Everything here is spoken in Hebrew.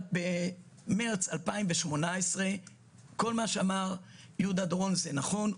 במארס 2018 כל מה שאמר יהודה דורון זה נכון.